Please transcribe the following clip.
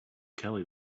kelly